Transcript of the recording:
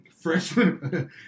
Freshman